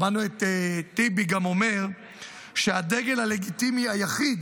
שמענו את טיבי אומר שהדגל הלגיטימי היחיד